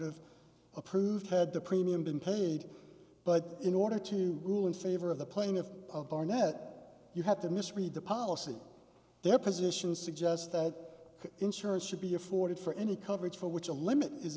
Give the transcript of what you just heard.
have approved had the premium been paid but in order to rule in favor of the plaintiff barnett you have to misread the policy their position suggests that insurers should be afforded for any coverage for which a limit is